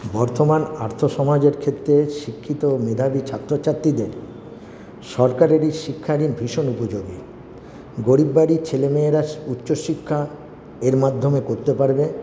বর্তমান আর্থসমাজের ক্ষেত্রে শিক্ষিত মেধাবী ছাত্রছাত্রীদের সরকারের এই শিক্ষানীতি ভীষণ উপযোগী গরিব বাড়ির ছেলেমেয়েরা উচ্চশিক্ষা এর মাধ্যমে করতে পারবে